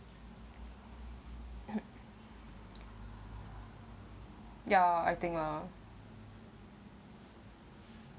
ya I think lah